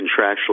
contractually